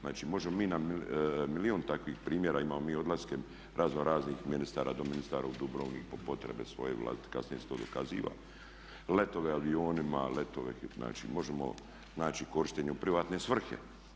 Znači možemo mi na milijun takvih primjera, imamo mi odlaske razno raznih ministara, doministara u Dubrovnik po potrebe svoje, kasnije se to dokaziva, letove avionima, letove, znači možemo, znači korištenje u privatne svrhe.